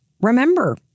remember